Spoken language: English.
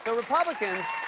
ah republicans